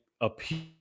appears